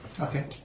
okay